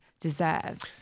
deserve